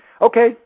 Okay